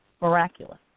miraculous